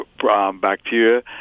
bacteria